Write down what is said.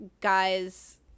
guys